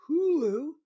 Hulu